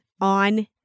on